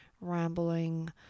rambling